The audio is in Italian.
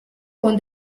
con